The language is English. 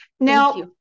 Now